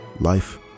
Life